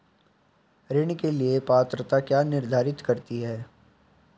ऋण के लिए पात्रता क्या निर्धारित करती है?